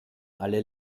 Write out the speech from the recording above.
alle